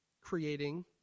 creating